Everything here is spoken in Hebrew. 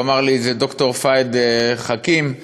איך אמר לי ד"ר פאיד חכים?